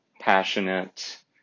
passionate